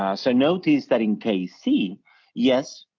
ah so notice that in case c yes,